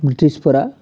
ब्रिटिशफोरा